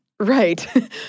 Right